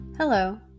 Hello